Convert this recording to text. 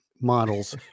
models